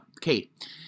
Kate